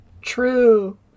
True